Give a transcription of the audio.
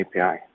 API